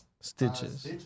Stitches